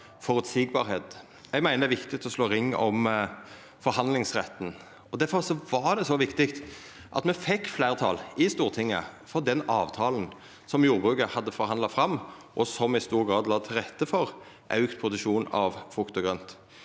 Eg meiner det er viktig å slå ring om forhandlingsretten. Difor var det så viktig at me fekk fleirtal i Stortinget for den avtalen som jordbruket hadde forhandla fram, og som i stor grad la til rette for auka produksjon av frukt og grønt.